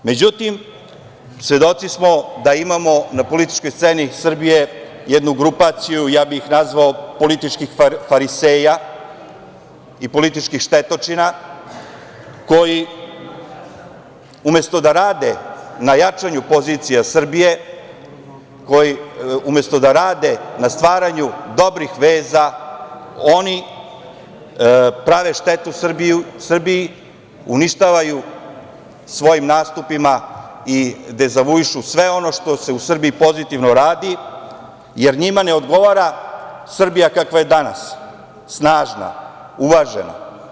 Međutim, svedoci smo da imamo na političkoj sceni Srbije jednu grupaciju, ja bih ih nazvao političkih fariseja i političkih štetočina, koji umesto da rade na jačanju pozicija Srbije, umesto da rade na stvaranju dobrih veza, oni prave štetu Srbiji, uništavaju svojim nastupima i dezavuišu sve ono što se u Srbiji pozitivno radi, jer njima ne odgovara Srbija kakva je danas, snažna, uvažena.